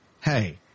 Hey